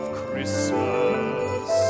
Christmas